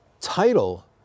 title